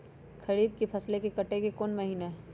खरीफ के फसल के कटे के कोंन महिना हई?